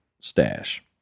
stash